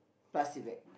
plastic bag